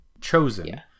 chosen